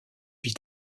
vie